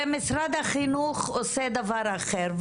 ומשרד החינוך עושה דבר אחר.